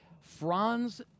Franz